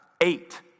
eight